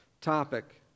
topic